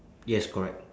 yes correct